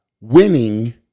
winning